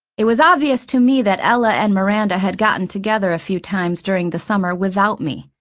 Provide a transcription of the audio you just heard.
it was obvious to me that ella and miranda had gotten together a few times during the summer without me,